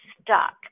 stuck